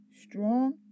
strong